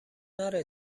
نره